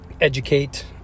educate